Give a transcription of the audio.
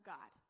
God